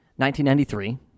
1993